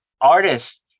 artists